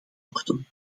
worden